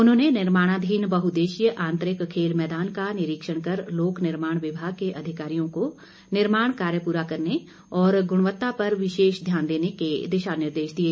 उन्होंने निर्माणाधीन बहुदेशीय आंतरिक खेल मैदान का निरीक्षण कर लोकनिर्माण विभाग के अधिकारियों को निर्माण कार्य पूरा करने और गुणवत्ता पर विशेष ध्यान देने के दिशा निर्देश दिए